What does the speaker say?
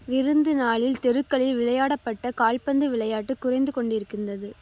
விருந்து நாளில் தெருக்களில் விளையாடப்பட்ட கால்பந்து விளையாட்டு குறைந்து கொண்டிருக்கின்றது